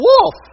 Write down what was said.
wolf